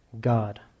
God